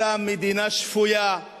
מה שהיה ב-1977, היתה מדינה שפויה כלכלית,